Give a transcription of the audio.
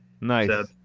Nice